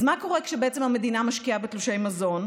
אז מה קורה כשבעצם המדינה משקיעה בתלושי מזון?